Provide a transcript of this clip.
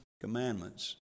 commandments